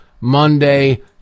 Monday